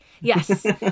Yes